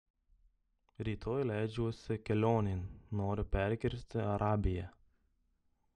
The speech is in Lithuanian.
rytoj leidžiuosi kelionėn noriu perkirsti arabiją